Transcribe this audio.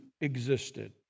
existed